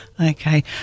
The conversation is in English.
Okay